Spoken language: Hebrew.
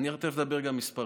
אני תכף הולך לדבר גם על מספרים.